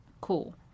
Cool